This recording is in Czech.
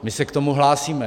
My se k tomu hlásíme.